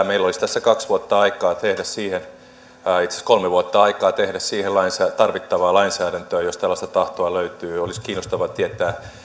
meillä olisi tässä kaksi vuotta aikaa itse asiassa kolme vuotta aikaa tehdä siihen tarvittavaa lainsäädäntöä jos tällaista tahtoa löytyy ja olisi kiinnostavaa tietää